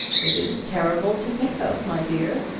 it is terrible to think of, my dear.